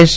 S